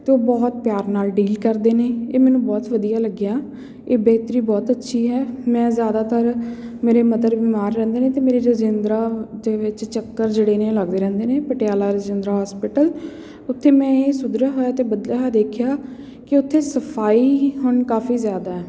ਅਤੇ ਬਹੁਤ ਪਿਆਰ ਨਾਲ ਡੀਲ ਕਰਦੇ ਨੇ ਇਹ ਮੈਨੂੰ ਬਹੁਤ ਵਧੀਆ ਲੱਗਿਆ ਇਹ ਬਿਹਤਰੀ ਬਹੁਤ ਅੱਛੀ ਹੈ ਮੈਂ ਜ਼ਿਆਦਾਤਰ ਮੇਰੇ ਮਦਰ ਬਿਮਾਰ ਰਹਿੰਦੇ ਨੇ ਅਤੇ ਮੇਰੇ ਰਜਿੰਦਰਾ ਦੇ ਵਿੱਚ ਚੱਕਰ ਜਿਹੜੇ ਨੇ ਉਹ ਲੱਗਦੇ ਰਹਿੰਦੇ ਨੇ ਪਟਿਆਲਾ ਰਜਿੰਦਰਾ ਹੋਸਪੀਟਲ ਉੱਥੇ ਮੈਂ ਇਹ ਸੁਧਰਿਆ ਹੋਇਆ ਅਤੇ ਬਦਲਿਆ ਹੋਇਆ ਦੇਖਿਆ ਕਿ ਉੱਥੇ ਸਫ਼ਾਈ ਹੀ ਹੁਣ ਕਾਫ਼ੀ ਜ਼ਿਆਦਾ ਹੈ